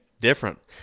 different